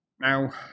Now